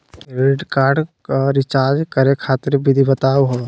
Credit card क recharge करै खातिर विधि बताहु हो?